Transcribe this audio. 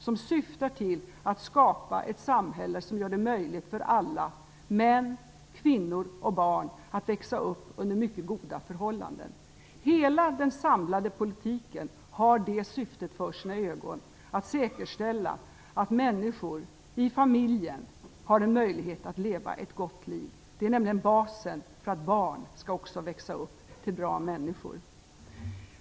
Denna syftar till att skapa ett samhälle som gör det möjligt för alla - män, kvinnor och barn - att växa upp under mycket goda förhållanden. Hela den samlade politiken har för sina ögon att säkerställa att människor i familjen får en möjlighet att leva ett gott liv. Det är basen för att barn skall växa upp till bra människor.